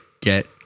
get